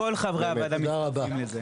וכל חברי הוועדה מצטרפים לזה.